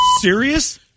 serious